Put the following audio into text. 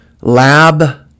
Lab